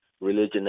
religion